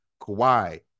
Kawhi